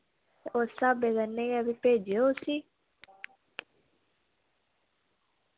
ते उस स्हाबै कन्नै गै भेजेओ उसी